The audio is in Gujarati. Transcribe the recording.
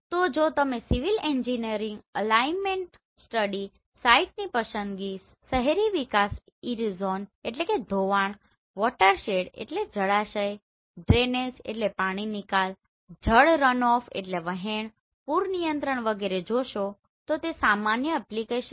તો જો તમે સિવિલ એન્જિનિયરિંગ અલાઈમેંટ સ્ટડી સાઇટની પસંદગી શહેરી વિકાસ ઈરોઝન erosion ધોવાણ વોટરશેડwatershed જળાશય ડ્રેનેજ drainage પાણીનીકલ જળ રનઓફrun off વહેણ પૂર નિયંત્રણ વિગેરે જોશો તો તે સામાન્ય એપ્લિકેશન છે